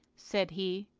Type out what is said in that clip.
said he.